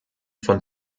von